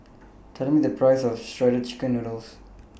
Tell Me The Price of Shredded Chicken Noodles